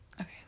Okay